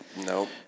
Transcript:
Nope